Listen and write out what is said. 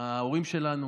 הילדים שלנו, ההורים שלנו.